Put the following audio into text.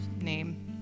name